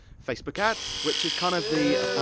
facebook ads, which is kind of the,